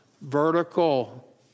Vertical